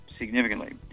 significantly